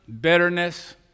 bitterness